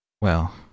Well